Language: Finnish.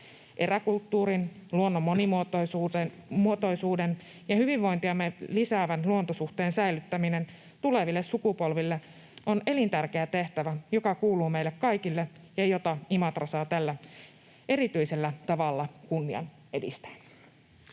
Eräkulttuurin, luonnon monimuotoisuuden ja hyvinvointiamme lisäävän luontosuhteen säilyttäminen tuleville sukupolville on elintärkeä tehtävä, joka kuuluu meille kaikille ja jota Imatra saa tällä erityisellä tavalla kunnian edistää.